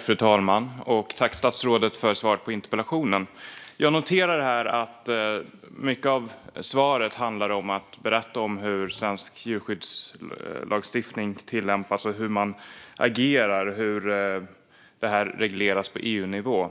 Fru talman! Tack, statsrådet, för svaret på interpellationen! Jag noterar att mycket av svaret ägnas åt att berätta om hur svensk djurskyddslagstiftning tillämpas, hur man agerar och hur detta regleras på EU-nivå.